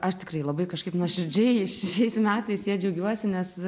aš tikrai labai kažkaip nuoširdžiai šiais metais ja džiaugiuosi nes